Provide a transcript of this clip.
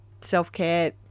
self-care